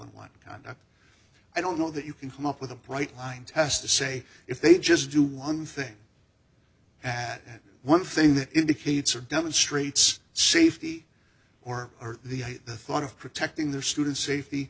on one time i don't know that you can come up with a bright line test to say if they just do one thing at one thing that indicates or demonstrates safety or or the the thought of protecting their student safety